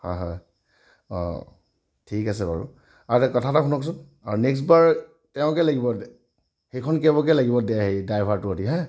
হয় হয় অঁ ঠিক আছে বাৰু আচ্ছা কথা এটা শুনকচোন নেক্সট বাৰ তেওঁকে লাগিব সেইখন কেবকে লাগিব এই হেৰি ড্ৰাইভাৰটোৰ সতি হাঁ